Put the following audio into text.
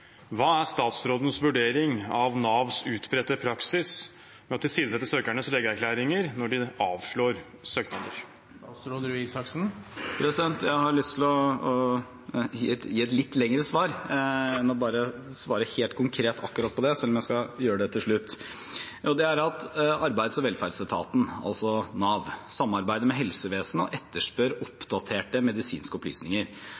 Hva er statsrådens vurdering av Navs utbredte praksis med å tilsidesette søkernes legeerklæringer når de avslår søknader?» Jeg har lyst til å gi et litt lengre svar enn bare å svare helt konkret på akkurat det, selv om jeg skal gjøre det til slutt. Arbeids- og velferdsetaten, altså Nav, samarbeider med helsevesenet og etterspør